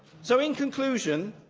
so, in conclusion,